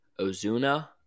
Ozuna